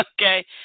Okay